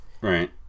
right